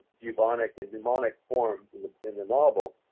bubonic and demonic form in the in the novel.